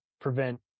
prevent